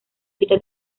cita